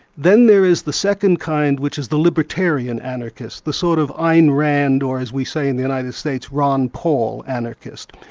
then there is the second kind which is the libertarian anarchist, the sort of ayn rand, or as we say in the united states, ron paul anarchist.